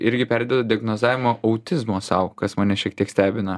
irgi perdeda diagnozavimo autizmo sau kas mane šiek tiek stebina